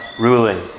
ruling